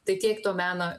tai tiek to meno